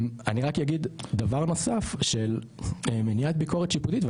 אני רק אגיד דבר נוסף של מניעת ביקורת שיפוטית,